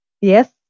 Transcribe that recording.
Yes